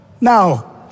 Now